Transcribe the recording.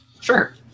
Sure